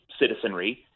citizenry